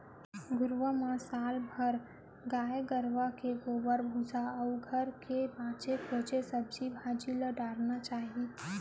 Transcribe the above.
घुरूवा म साल भर गाय गरूवा के गोबर, भूसा अउ घर के बांचे खोंचे सब्जी भाजी ल डारना चाही